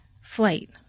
flight